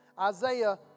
Isaiah